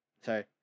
Sorry